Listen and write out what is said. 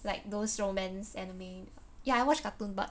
like those romance anime ya I watch cartoon but